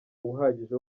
uhagije